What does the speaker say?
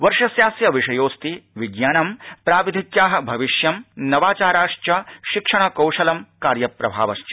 वर्षस्यास्य विषयोऽस्ति विज्ञानं प्रौद्योगिक्या भविष्यम नवाचारश्च शिक्षण कौशलं कार्यप्रभावश्च